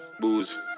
Booze